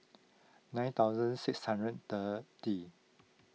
nine thousand six hundred thirty